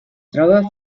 troba